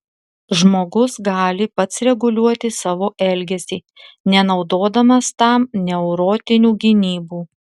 žmogus gali pats reguliuoti savo elgesį nenaudodamas tam neurotinių gynybų